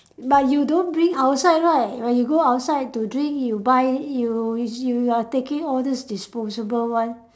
but you don't bring outside right when you go outside to drink you buy you you are taking all those disposable one